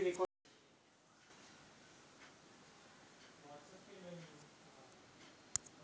यावर उपाय म्हणून ही खते एकत्र करून शेतात फवारली जातात